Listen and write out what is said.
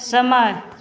समय